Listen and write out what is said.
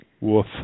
Woof